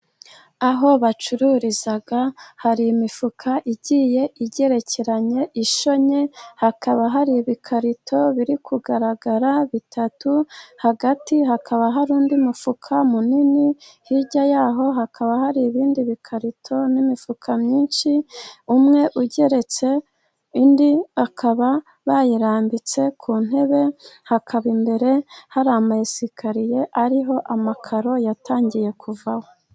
Aho bacururiza hari imifuka igiye igerekeranya mushya. Hakaba hari ibikarito biri kugaragara bitatu hagati hakaba hari undi mufuka munini, hirya yaho hakaba hari ibindi bikarito n'imifuka myinshi. Umwe ugeretse indi bakaba bayirambitse ku ntebe hakaba imbere hari amayisikariye hariho amakaro yatangiye kuvaho.